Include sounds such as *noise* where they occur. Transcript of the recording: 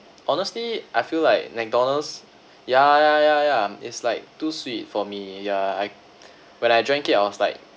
honestly I feel like mcdonald's ya ya ya ya it's like too sweet for me ya I *breath* when I drank it I was like